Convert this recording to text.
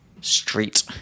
street